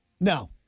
No